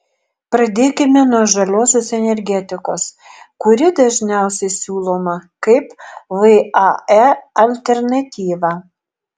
pradėkime nuo žaliosios energetikos kuri dažniausiai siūloma kaip vae alternatyva